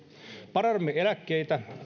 parannamme eläkkeitä